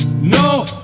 No